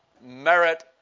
merit